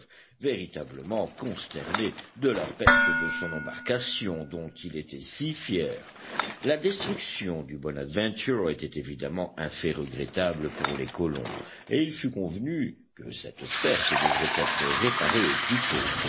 véritablement consterné de la perte de son embarcation dont il était si fier la destruction du bonadventure était évidemment un fait regrettable pour les colons et il fut convenu que cette perte devrait être réparée au plus tôt